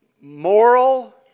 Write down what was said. moral